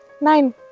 nine